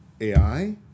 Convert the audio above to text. ai